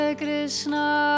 Krishna